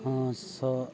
ᱦᱮᱸ ᱥᱚᱜ